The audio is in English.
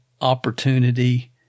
Opportunity